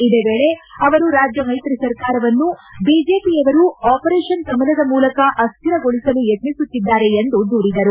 ಇದೇ ವೇಳೆ ಅವರು ರಾಜ್ಯ ಮೈತ್ರಿ ಸರ್ಕಾರವನ್ನು ಬಿಜೆಪಿಯವರು ಆಪರೇಷನ್ ಕಮಲದ ಮೂಲಕ ಅಸ್ಕಿರಗೊಳಿಸಲು ಯತ್ನಿಸುತ್ತಿದ್ದಾರೆ ಎಂದು ದೂರಿದರು